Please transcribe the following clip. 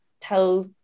tell